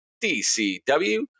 DCW